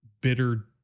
bitter